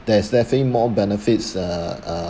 there's definitely more benefits uh uh